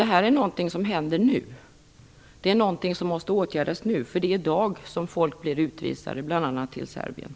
Detta är något som händer nu och som även måste åtgärdas nu. Det är i dag som människor blir utvisade, bl.a. till Serbien.